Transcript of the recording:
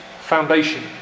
foundation